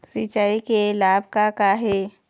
सिचाई के लाभ का का हे?